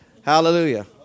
Hallelujah